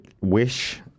wish